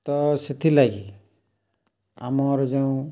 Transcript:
ତ ସେଥିଲାଗି ଆମର ଯେଉଁ